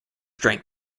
drank